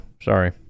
Sorry